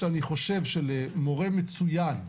שאני חושב שלמורה מצוין,